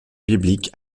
bibliques